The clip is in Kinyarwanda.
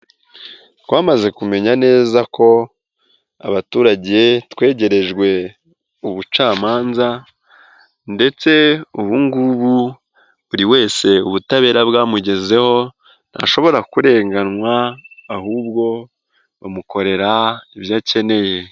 Twamaze kumenya neza ko abaturage twegerejwe ubucamanza ndetse ubu ngubu buri wese ubutabera bwamugezeho, ntashobora kurenganywa ahubwo bamukorera ibyo akeneye.